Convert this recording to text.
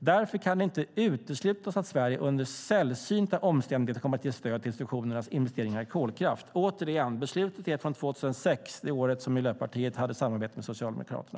Därför kan det inte uteslutas att Sverige under sällsynta omständigheter kommer att ge stöd till instruktionerna om investeringar i kolkraft. Återigen: Beslutet är från 2006 - det år då Miljöpartiet hade samarbete med Socialdemokraterna.